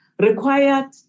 required